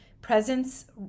presence